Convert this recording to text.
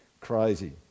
crazy